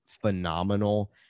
phenomenal